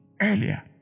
earlier